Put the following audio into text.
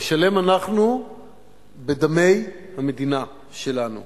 נשלם אנחנו בדמי המדינה שלנו.